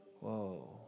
Whoa